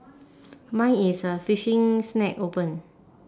mine is a fishing snack open